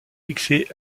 fixé